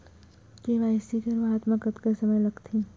KYC करवात म कतका समय लगथे?